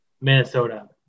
Minnesota